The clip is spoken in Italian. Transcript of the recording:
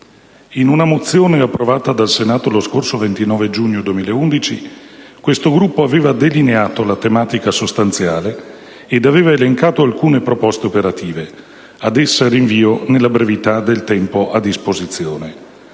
In una mozione approvata dal Senato lo scorso 29 giugno 2011, questo Gruppo aveva delineato la tematica sostanziale ed aveva elencato alcune proposte operative. Ad esse rinvio, data la brevità del tempo a disposizione.